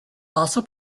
also